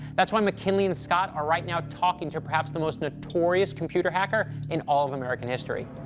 that's why mckinley and scott are, right now, talking to perhaps the most notorious computer hacker in all of american history.